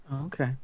Okay